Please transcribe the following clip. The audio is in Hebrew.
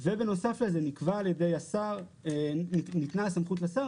בנוסף לזה ניתנה הסמכות לשר